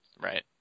Right